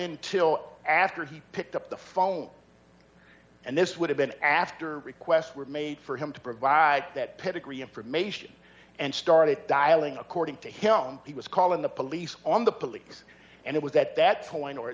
until after he picked up the phone and this would have been after requests were made for him to provide that pedigree information and started dialing according to him he was calling the police on the police and it was that that point or